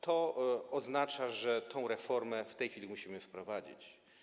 To oznacza, że tę reformę w tej chwili musimy wprowadzić.